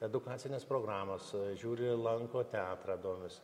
edukacinės programos žiūri lanko teatrą domisi